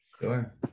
Sure